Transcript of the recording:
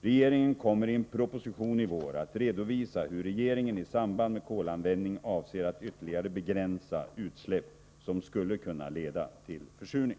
Regeringen kommer i en proposition i vår att redovisa hur regeringen i samband med kolanvändning avser att ytterligare begränsa utsläpp som skulle kunna leda till försurning.